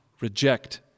reject